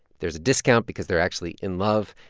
there's a discount because they're actually in love.